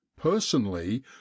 personally